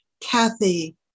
Kathy